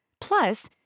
Plus